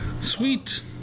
Sweet